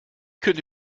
könnte